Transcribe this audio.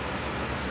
err